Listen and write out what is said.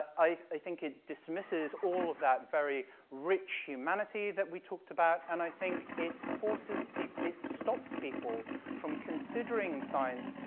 i think it dismisses all of that very rich humanity that we talked about, and i think it forces people, it stops people from considering science,